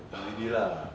O_C_D lah